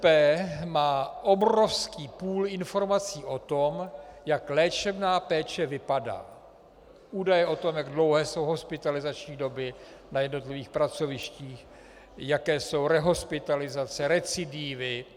VZP má obrovský pool informací o tom, jak léčebná péče vypadá, údaje o tom, jak dlouhé jsou hospitalizační doby na jednotlivých pracovištích, jaké jsou rehospitalizace, recidivy.